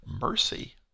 mercy